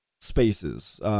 spaces